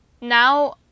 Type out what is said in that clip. Now